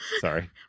Sorry